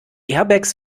airbags